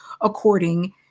according